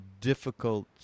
difficult